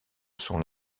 sont